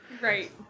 Right